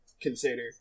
consider